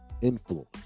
influence